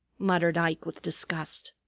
muttered ike with disgust.